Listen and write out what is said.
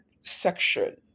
section